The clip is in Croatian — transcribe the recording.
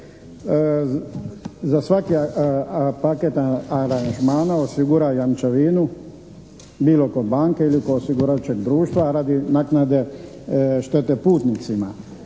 za svaki paket aranžmana osigura jamčevinu bilo kod banke ili kod osiguravajućeg društva radi naknade štete putnicima.